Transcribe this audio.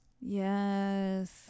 Yes